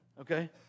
okay